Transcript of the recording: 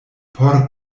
por